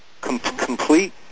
complete